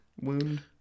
wound